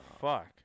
fuck